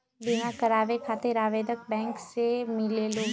बिमा कराबे खातीर आवेदन बैंक से मिलेलु?